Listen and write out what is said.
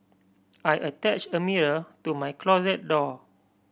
I attached a mirror to my closet door